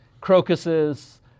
crocuses